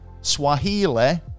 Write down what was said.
Swahili